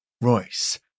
Royce